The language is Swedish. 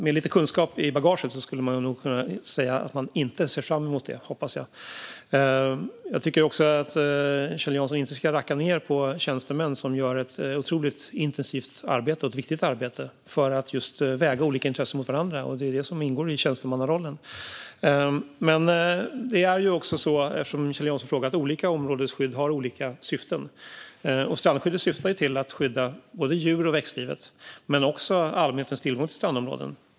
Med lite kunskap i bagaget hoppas jag att man säger att man inte ser fram emot den. Jag tycker också att Kjell Jansson inte ska racka ned på tjänstemän som gör ett otroligt intensivt och viktigt arbete för att väga olika intressen mot varandra. Det är det som ingår i tjänstemannarollen. Eftersom Kjell Jansson har frågat kan jag säga att olika områdesskydd har olika syften. Strandskyddet syftar till att skydda både djur och växtlivet samt allmänhetens tillgång till strandområden.